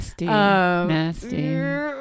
nasty